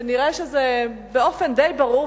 ונראה באופן די ברור,